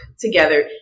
together